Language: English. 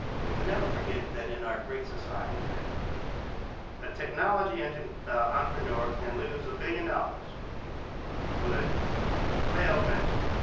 we can never forget that in our great society today a technology and and entrepreneur can lose a billion dollars with a failed venture,